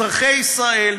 אזרחי ישראל,